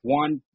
one